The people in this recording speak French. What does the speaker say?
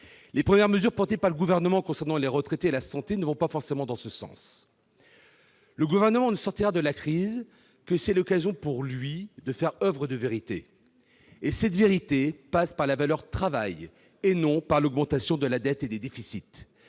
Les premières mesures portées par le Gouvernement concernant les retraités et la santé ne vont pas forcément dans ce sens. Or le Gouvernement ne sortira de la crise que si elle est l'occasion, pour lui, de faire oeuvre de vérité. Cela passe par la valeur travail, et non par l'augmentation de la dette et des déficits.